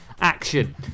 action